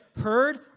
heard